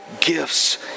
gifts